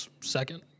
second